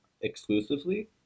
Exclusively